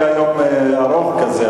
היה יום ארוך כזה,